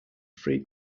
free